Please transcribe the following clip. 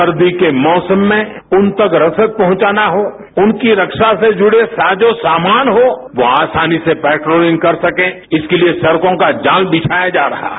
सर्दी के मौसम में उन तक रसद पहुंचाना और उनकी रक्षा से जुड़े साजों सामान हो वो आसानी से पेट्रोलिंग कर सकें इसके लिए सड़कों का जाल बिछाया जा रहा है